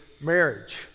marriage